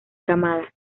camada